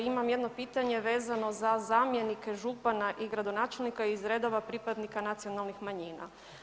Imam jedno pitanje vezano za zamjenike župana i gradonačelnika iz redova pripadnika nacionalnih manjina.